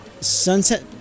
Sunset